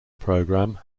program